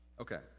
Okay